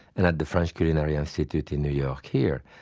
and at the french culinary institute in new york here.